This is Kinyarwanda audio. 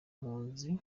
mpunzi